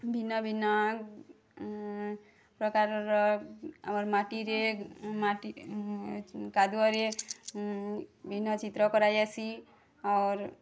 ଭିନ୍ନ ଭିନ୍ନ ପ୍ରକାରର ଆମର ମାଟିରେ ମାଟି କାଦୁଅରେ ବିନା ଚିତ୍ର କରା ଯାସି ଅର୍